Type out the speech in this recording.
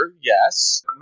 yes